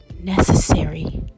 necessary